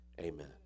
Amen